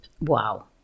Wow